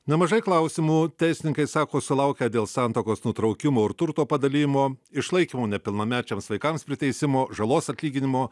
nemažai klausimų teisininkai sako sulaukę dėl santuokos nutraukimo ir turto padalijimo išlaikymo nepilnamečiams vaikams priteisimo žalos atlyginimo